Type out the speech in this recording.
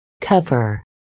cover